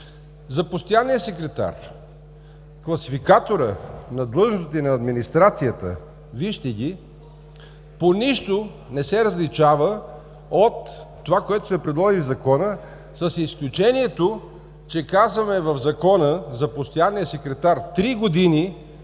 За постоянния секретар. Класификаторът на длъжностите на администрацията, вижте ги, по нищо не се различава от това, което сме предложили в Закона, с изключението, че казваме за постоянния секретар три години